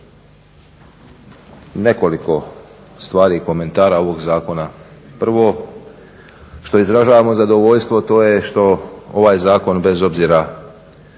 nekoliko stvari i komentara ovog zakona. Prvo, što izražavamo zadovoljstvo to je što ovaj zakon bez obzira